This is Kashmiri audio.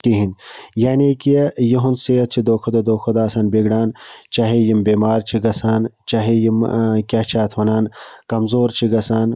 کِہیٖنۍ یعنی کہِ یُہُنٛد صحت چھُ دۄہ کھۄ دۄہ دۄہ کھۄ دۄہ آسان بِگڑان چاہے یِم بٮ۪مار چھِ گَژھان چاہے یِم کیٛاہ چھِ اَتھ وَنان کَمزور چھِ گَژھان